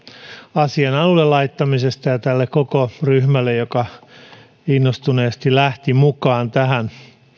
asian alulle laittamisesta ja tälle koko ryhmälle joka innostuneesti lähti mukaan tähän